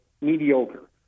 mediocre